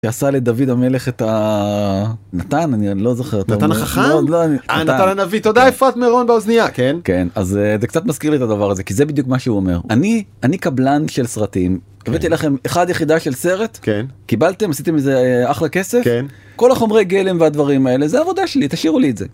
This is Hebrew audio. עשה לדוד המלך את ה... נתן? אני לא זוכר. נתן החכם? אהה נתן הנביא, תודה אפרת מירון באוזניה. כן, כן. אז זה קצת מזכיר לי את הדבר הזה, כי זה בדיוק מה שהוא אומר, אני אני קבלן של סרטים. הבאתי לכם אחד יחידה של סרט. כן. קיבלתם? עשיתם מזה אחלה כסף? כן. כל החומרי גלם והדברים האלה זה עבודה שלי תשאירו לי את זה.